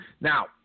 Now